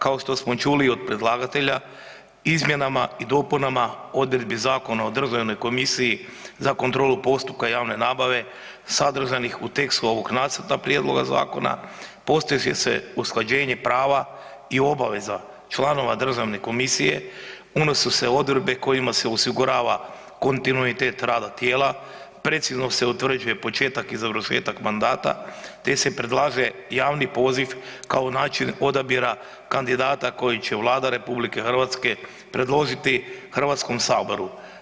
Kao što smo čuli od predlagatelja izmjenama i dopunama odredbi zakona o državnoj komisiji za kontrolu postupka javne nabave sadržanih u tekstu ovoga Nacrta prijedloga zakona postiže se usklađenje prava i obaveza članova državne komisije, unose se odredbe kojima se osigurava kontinuitet rada tijela, precizno se utvrđuje početak i završetak mandata te se predlaže javni poziv kao način odabira kandidata koje će Vlada Republike Hrvatske predložiti Hrvatskom saboru.